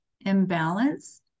imbalance